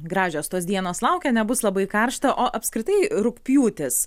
gražios tos dienos laukia nebus labai karšta o apskritai rugpjūtis